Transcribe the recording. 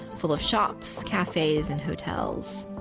full of shops, cafes, and hotels.